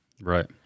Right